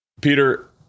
Peter